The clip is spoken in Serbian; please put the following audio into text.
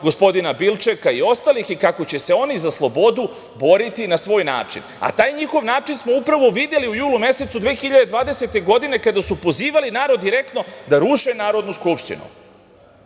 gospodin Bilčeka i ostalih, i kako će se oni za slobodu boriti na svoj način, a taj njihov način smo upravo videli u julu mesecu 2020. godine kada su pozivali narod direktno da ruše Narodnu skupštinu. Sam